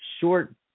short